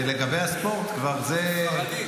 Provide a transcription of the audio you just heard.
ולגבי הספורט -- הספרדים.